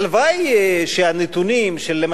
הלוואי שהנתונים של,